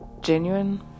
genuine